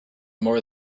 more